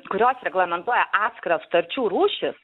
kurios reglamentuoja atskiras sutarčių rūšis